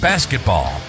Basketball